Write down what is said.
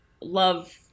love